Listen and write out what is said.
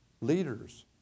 leaders